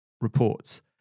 reports